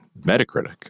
Metacritic